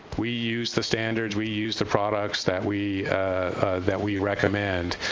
we use the standards, we use the products that we that we recommend,